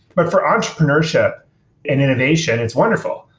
but for entrepreneurship and innovation, it's wonderful,